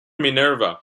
minerva